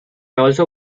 also